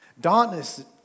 Darkness